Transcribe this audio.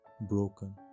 broken